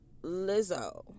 Lizzo